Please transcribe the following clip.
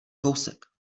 kousek